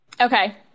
Okay